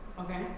Okay